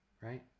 right